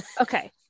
okay